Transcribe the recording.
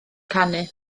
canu